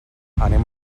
anem